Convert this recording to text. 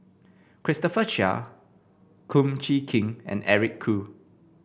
Christopher Chia Kum Chee Kin and Eric Khoo